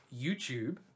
YouTube